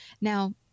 Now